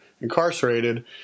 incarcerated